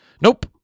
Nope